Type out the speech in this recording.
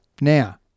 Now